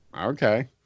okay